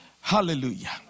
Hallelujah